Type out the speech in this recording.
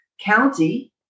county